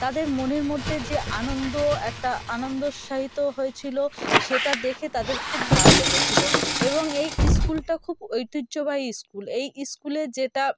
তাদের মনের মধ্যে যে আনন্দ একটা আনন্দ উৎসাহিত হয়েছিলো সেটা দেখে তাদের খুব ভালো লেগেছিলো এবং এই স্কুলটা খুব ঐতিহ্যবাহী স্কুল এই স্কুলে যেটা